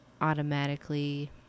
automatically